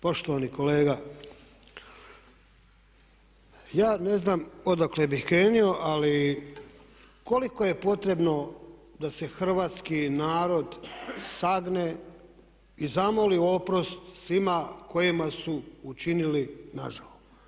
Poštovani kolega, ja ne znam odakle bih krenuo ali koliko je potrebno da se hrvatski narod sagne i zamoli oprost svima koji su učinili nažao?